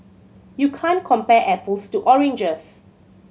you can't compare apples to oranges